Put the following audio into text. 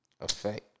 Effect